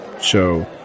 show